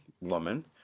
woman